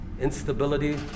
instability